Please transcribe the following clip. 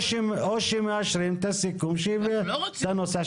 או שהם מאשרים את הסיכום שהביאה הממשלה.